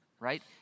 Right